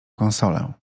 konsolę